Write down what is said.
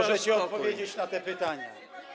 Możecie odpowiedzieć na te pytania?